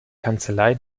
kanzlei